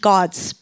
God's